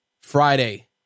Friday